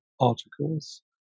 articles